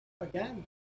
Again